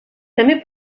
també